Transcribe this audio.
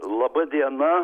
laba diena